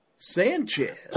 Sanchez